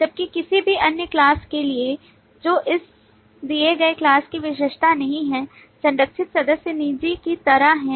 जबकि किसी भी अन्य class के लिए जो इस दिए गए class की विशेषज्ञता नहीं है संरक्षित सदस्य निजी की तरह हैं